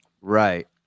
Right